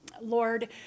Lord